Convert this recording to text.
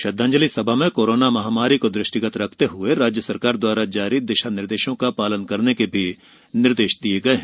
श्रद्धांजलि सभा में कोरोना महामारी को दृष्टिगत रखते हुए राज्य सरकार द्वारा जारी दिशा निर्देशों का पालन करने के भी निर्देश दिये गये हैं